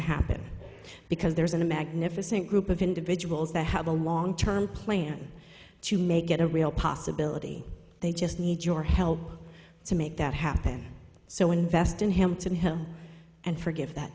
happen because there's a magnificent group of individuals that have a long term plan to make it a real possibility they just need your help to make that happen so invest in him to him and forgive that